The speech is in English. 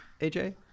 AJ